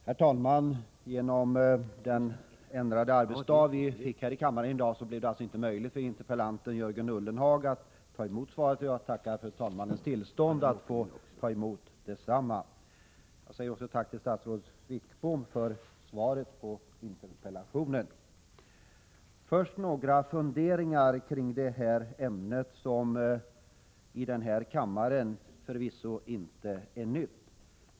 Herr talman! Genom att vi fick en ändrad arbetsdag här i kammaren blev det inte möjligt för interpellanten Jörgen Ullenhag att vara här. Jag tackar för att jag fått talmannens tillstånd att ta emot svaret. Jag säger också tack till statsrådet Wickbom för svaret på interpellationen. Först några funderingar kring detta ämne, som förvisso inte är nytt i denna kammare.